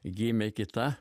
gimė kita